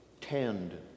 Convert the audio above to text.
Tend